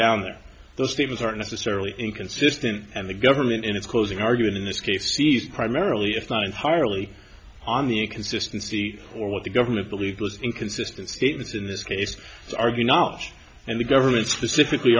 down there the statements aren't necessarily inconsistent and the government in its closing argument in this case sees primarily it's not entirely on the inconsistency or what the government believed was inconsistent statements in this case are going out and the government specifically